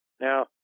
Now